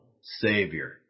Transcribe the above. savior